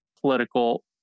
political